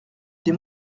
des